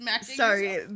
sorry